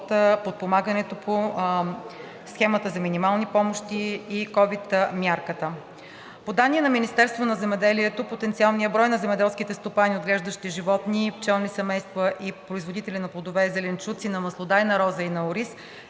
от подпомагането по схемата за минимални помощи и ковид мярката. По данни на Министерството на земеделието потенциалният брой на земеделските стопани, отглеждащи животни, пчелни семейства, и производители на плодове и зеленчуци, на маслодайна роза и на ориз